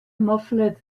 muffled